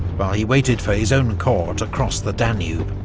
while he waited for his own corps to cross the danube.